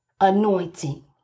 anointing